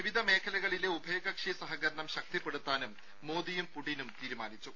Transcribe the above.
വിവിധ മേഖലകളിലെ ഉഭയകക്ഷി സഹകരണം ശക്തിപ്പെടുത്താനും മോദിയും പുടിനും തീരുമാനിച്ചു